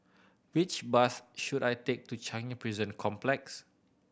which bus should I take to Changi Prison Complex